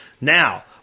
Now